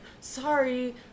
sorry